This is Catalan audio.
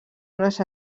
unes